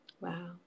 Wow